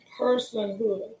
personhood